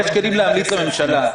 יש כלים להמליץ לממשלה.